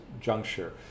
juncture